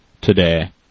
today